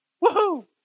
Woo-hoo